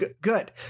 Good